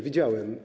Widziałem/